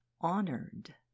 honored